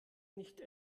nicht